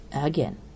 Again